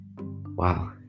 Wow